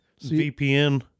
VPN